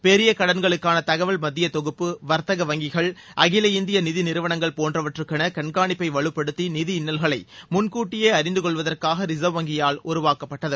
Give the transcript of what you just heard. பெரிய கடன்களுக்கான தகவல் மத்திய தொகுப்பு வர்த்தக வங்கிகள் அகில இந்திய நிதி நிறுவனங்கள் போன்றவற்றுக்கென கண்காணிப்பை வலுப்படுத்தி நிதி இன்னல்களை முன்கூட்டியே அறிந்து கொள்வதற்காக ரிசர்வ் வங்கியால் உருவாக்கப்பட்டது